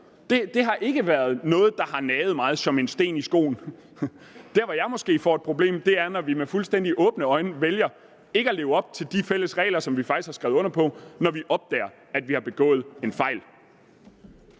Det har ikke været noget, der har naget mig som en sten i skoen. Der, hvor jeg måske får et problem, er, når vi med fuldstændig åbne øjne vælger ikke at leve op til de fælles regler, som vi faktisk har skrevet under på, når vi opdager, at vi har begået en fejl.